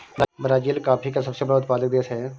Brazil coffee का सबसे बड़ा उत्पादक देश है